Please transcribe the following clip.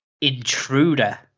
Intruder